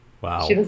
Wow